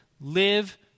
Live